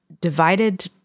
divided